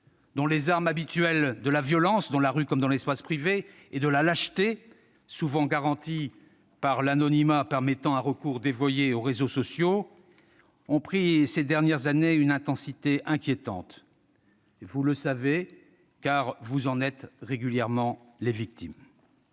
dont les armes habituelles de la violence- dans la rue comme dans l'espace privé -et de la lâcheté- souvent garantie par l'anonymat permettant un recours dévoyé aux réseaux sociaux -ont pris ces dernières années une intensité inquiétante. Vous le savez, car vous en êtes régulièrement les victimes.